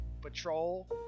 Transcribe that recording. patrol